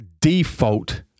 default